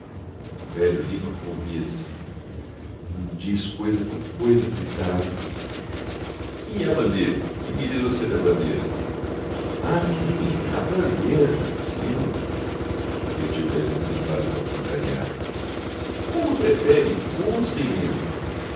velho lima comovia-se não diz coisa com coisa coitado e a bandeira que me diz você da bandeira ah sim a bandeira sim repetiu o velho lima para o não contrariar como a prefere com ou sem lema